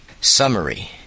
Summary